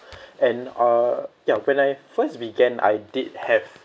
and uh ya when I first began I did have